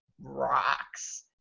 rocks